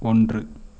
ஒன்று